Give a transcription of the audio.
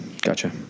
Gotcha